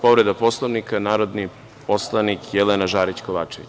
Povreda Poslovnika, narodni poslanik Jelena Žarić Kovačević.